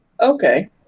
Okay